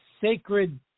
sacred